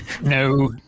No